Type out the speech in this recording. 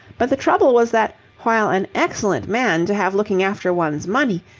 but the trouble was that, while an excellent man to have looking after one's money,